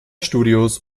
studios